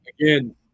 again